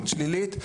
מאוד שלילית,